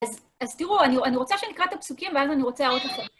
אז תראו, אני רוצה שנקרא את הפסוקים ואז אני רוצה להראות לכם.